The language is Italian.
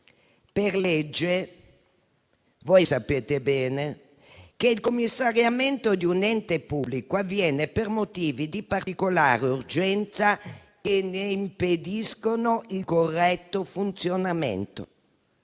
Per legge, come sapete bene, il commissariamento di un ente pubblico avviene per motivi di particolare urgenza che ne impediscono il corretto funzionamento,